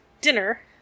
dinner